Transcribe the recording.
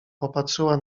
popatrzyła